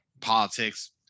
politics